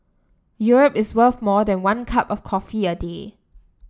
Europe is worth more than one cup of coffee a day